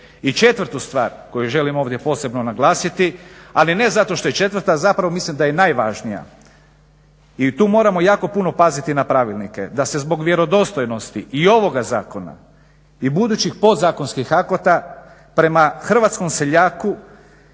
I 4.stvar koju želim ovdje posebno naglasiti, ali ne zato što je 4.a zapravo mislim da je najvažnije i tu moramo jako puno paziti na pravilnike da se zbog vjerodostojnosti i ovoga zakona i budućih podzakonskih akata prema hrvatskom seljaku